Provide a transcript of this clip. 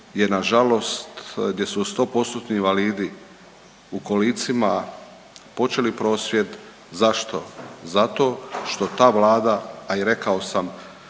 je nažalost gdje su 100%-tni invalidi u kolicima počeli prosvjed. Zašto? Zato što ta vlada, a i rekao sam